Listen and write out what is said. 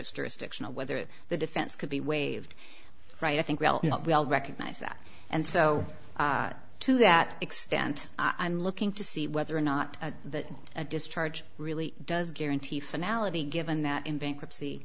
it's the defense could be waived right i think we all recognize that and so to that extent i'm looking to see whether or not that a discharge really does guarantee finale given that in bankruptcy